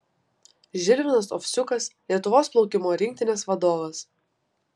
žilvinas ovsiukas lietuvos plaukimo rinktinės vadovas